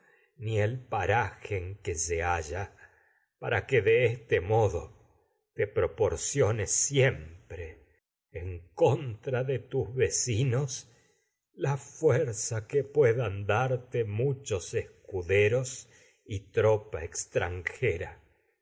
ni el paraje halla con para tra que tus de este modo te vecinos y proporcione siempre en de la fuerza que puedan darte que es un muchos secreto vas escuderos tropa extranjera